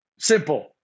Simple